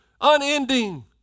unending